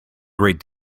great